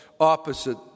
opposite